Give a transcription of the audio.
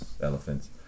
elephants